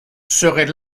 serait